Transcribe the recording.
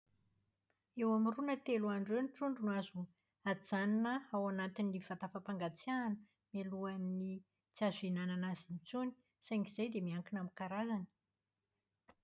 Eo amin'ny roa na telo andro eo ny trondro no azo ajanona ao antin'ny vata fampangatsiahana mialohan'ny tsy azo ihinanana azy intsony. Saingy izay dia miankina amin'ny karazany.